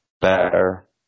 better